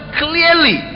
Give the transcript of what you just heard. clearly